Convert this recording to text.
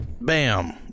Bam